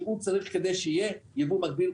שכדי שיהיה יבוא מקביל,